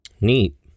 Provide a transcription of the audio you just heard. neat